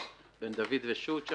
בן דוד ושות'.